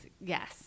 Yes